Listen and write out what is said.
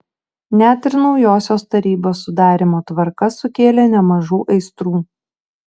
net ir naujosios tarybos sudarymo tvarka sukėlė nemažų aistrų